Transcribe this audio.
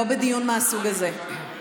בדיון מהסוג הזה.